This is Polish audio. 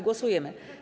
Głosujemy.